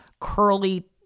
curly